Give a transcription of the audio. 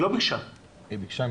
בבקשה.